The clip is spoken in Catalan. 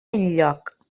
enlloc